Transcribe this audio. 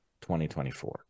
2024